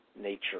nature